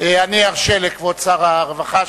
אני ארשה לכבוד שר הרווחה,